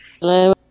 Hello